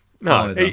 no